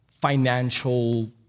financial